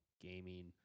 gaming